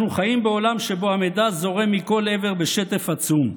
אנחנו חיים בעולם שבו המידע זורם מכל עבר בשטף עצום.